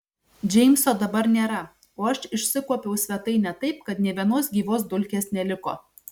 džeimso dabar nėra o aš išsikuopiau svetainę taip kad nė vienos gyvos dulkės neliko